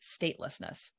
statelessness